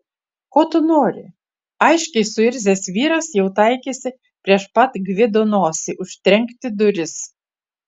ko tu nori aiškiai suirzęs vyras jau taikėsi prieš pat gvido nosį užtrenkti duris